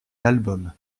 l’album